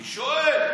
אני שואל.